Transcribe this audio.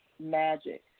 magic